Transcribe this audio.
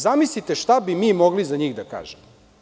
Zamislite šta bi mi mogli za njih da kažemo.